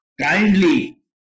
kindly